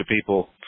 people